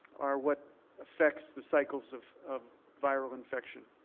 are what affects the cycles of of viral infection.